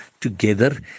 together